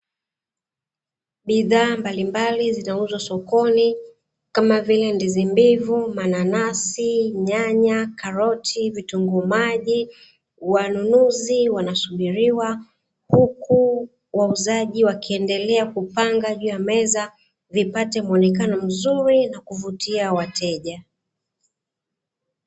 Bidhaa mbalimbali zinauzwa sokoni, kama vile ndizi mbivu, mananasi, nyanya, karoti, vitunguu maji. Wananunuzi wanasubiriwa, huku wauzaji wakiendelea kupanga juu ya meza, vipate muonekano mzuri na kuvutia wateja.